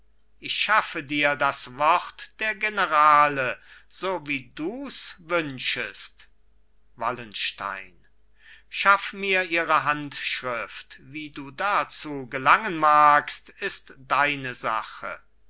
ich schaffe dir das wort der generale so wie dus wünschest wallenstein schaff mir ihre handschrift wie du dazu gelangen magst ist deine sache